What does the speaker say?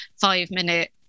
five-minute